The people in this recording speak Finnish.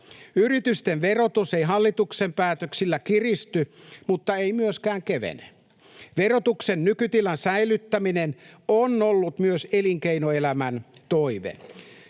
Yritysten verotus ei hallituksen päätöksillä kiristy mutta ei myöskään kevene. Verotuksen nykytilan säilyttäminen on ollut myös elinkeinoelämän toive.